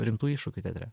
rimtų iššūkių teatre